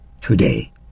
today